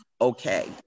okay